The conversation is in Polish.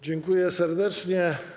Dziękuję serdecznie.